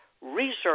research